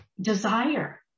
desire